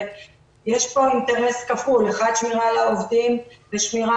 יש פה אינטרס כפול: האחד שמירה על העובדים ושמירה